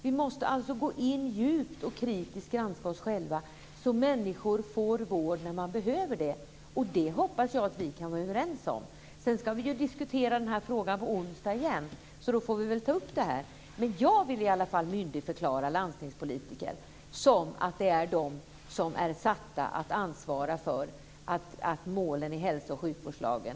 Vi måste alltså gå in djupt och kritiskt granska oss själva; detta för att människor ska få vård när sådan behövs. Det hoppas jag att vi kan vara överens om. På onsdag ska vi diskutera frågan igen, så då får vi väl ta upp det här. Jag vill i alla fall myndigförklara landstingspolitikerna, som ju är de som är satta att ansvara för att det levs upp till målen i hälso och sjukvårdslagen.